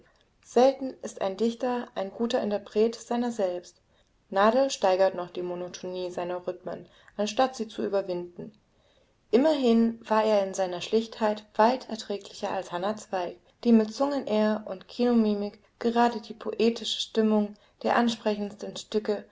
selten ist ein dichter ein guter interpret seiner selbst nadel steigerte noch die monotonie seiner rhythmen anstatt sie zu überwinden immerhin war er in seiner schlichtheit weit erträglicher als hannah zweig die mit zungen-r und kinomimik gerade die poetische stimmung der ansprechendsten stücke